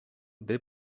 the